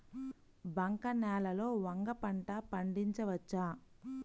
బంక నేలలో వంగ పంట పండించవచ్చా?